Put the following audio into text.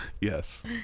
Yes